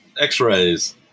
x-rays